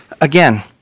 again